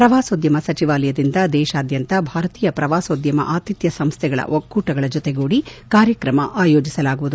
ಪ್ರವಾಸೋದ್ದಮ ಸಚಿವಾಲಯದಿಂದ ದೇಶಾದ್ದಂತ ಭಾರತೀಯ ಪ್ರವಾಸೋದ್ದಮ ಅತಿಥ್ದ ಸಂಸ್ಟೆಗಳ ಒಕ್ಕೂಟಗಳ ಜೊತೆಗೂಡಿ ಕಾರ್ಯಕ್ರಮವನ್ನು ಆಯೋಜಿಸಲಾಗುವುದು